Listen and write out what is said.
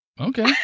Okay